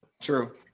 True